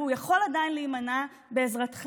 והוא יכול עדיין להימנע בעזרתך.